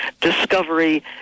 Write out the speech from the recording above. discovery